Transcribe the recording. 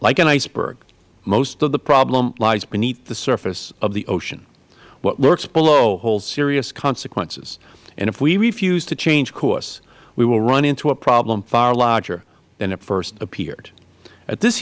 like an iceberg most of the problem lies beneath the surface of the ocean what lurks below holds serious consequences and if we refuse to change course we will run into a problem far larger than it first appeared at this